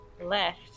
left